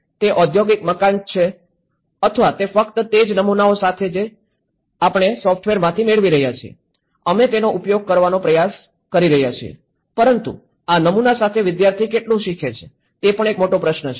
તે ઓ દ્યોગિકી મકાન છે અથવા તે ફક્ત તે જ નમૂનાઓ સાથે છે જે આપણે સોફ્ટવેરમાંથી મેળવી રહ્યા છીએ અમે તેનો ઉપયોગ કરવાનો પ્રયાસ કરી રહ્યા છીએ પરંતુ આ નમૂના સાથે વિદ્યાર્થી કેટલું શીખે છે તે પણ એક મોટો પ્રશ્ન છે